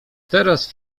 teraz